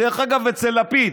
דרך אגב, אצל לפיד